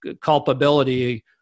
culpability